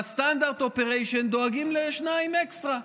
ב-Standard Operation דואגים לשניים אקסטרה,